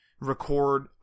record